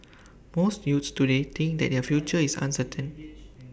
most youths today think that their future is uncertain